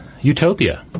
utopia